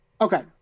Okay